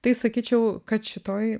tai sakyčiau kad šitoj